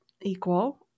equal